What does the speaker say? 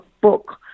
book